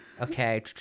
okay